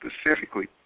specifically